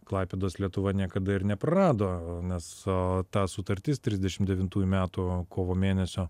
klaipėdos lietuva niekada ir neprarado nes o ta sutartis trisdešimt devintųjų metų kovo mėnesio